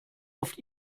oft